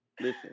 Listen